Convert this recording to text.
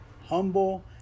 humble